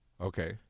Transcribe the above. Okay